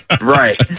Right